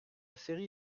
série